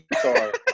sorry